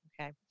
Okay